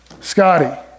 Scotty